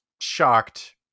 shocked